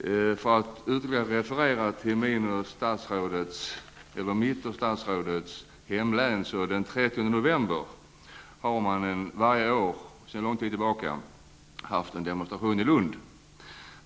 I mitt och statsrådets hemlän anordnas sedan lång tid tillbaka den 13 november varje år en demonstration i Lund.